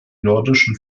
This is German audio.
nordischen